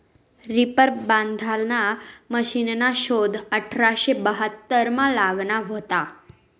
reaper बांधाना मशिनना शोध अठराशे बहात्तरमा लागना व्हता